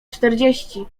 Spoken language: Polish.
czterdzieści